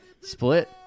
Split